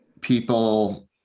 people